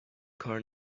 کار